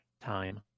Time